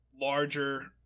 larger